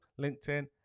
LinkedIn